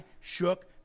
shook